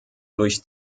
durch